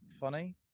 funny